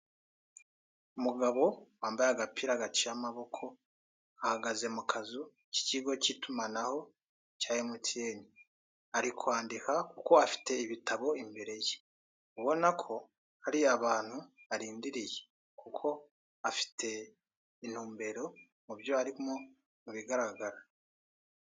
Umugabo wambaye agapira gaciye amaboko, ahagaze mu kazu k'ikigo k'itumanaho cya emutiyeni, ari kwandika kuko afite ibitabo imbere ye, ubona ko hari abantu arindiriye kuko afite intumbero mu byo arimo mu bigaragara.